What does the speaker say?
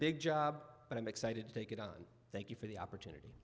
big job but i'm excited to take it on thank you for the opportunity